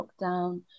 lockdown